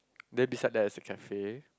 then beside there is a cafe